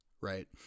right